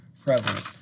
prevalent